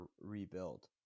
rebuild